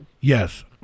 Yes